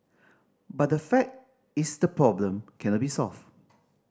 but the fact is the problem cannot be solved